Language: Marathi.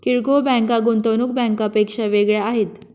किरकोळ बँका गुंतवणूक बँकांपेक्षा वेगळ्या आहेत